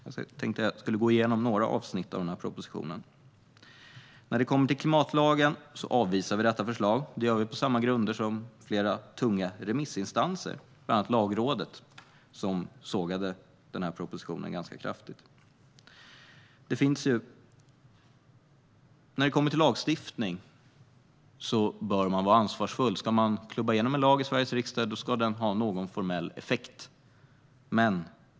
Jag tänkte gå igenom några avsnitt av propositionen. Sverigedemokraterna avvisar förslaget om klimatlagen. Vi gör det på samma grunder som flera tunga remissinstanser, bland annat Lagrådet, som sågade propositionen ganska kraftigt. När det gäller lagstiftning bör man vara ansvarsfull. Om man ska klubba igenom en lag i Sveriges riksdag ska den ha någon formell effekt.